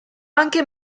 anche